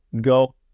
go